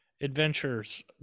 adventures